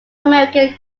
american